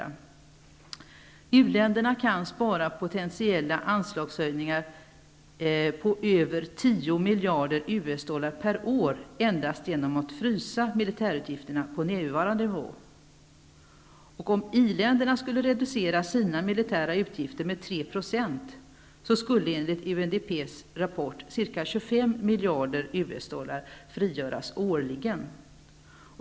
Man säger där att u-länderna kan spara potentiella anslagshöjningar på över USD 10 miljarder per år endast genom att frysa militärutgifterna på nuvarande nivå. Om i-länderna reducerade sina militära utgifter med 3 % skulle, enligt samma rapport, ca USD 25 miljarder frigöras årligen.